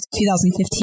2015